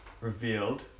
revealed